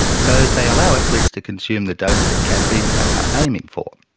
so they allow athletes to consume the dose of caffeine they are aiming for.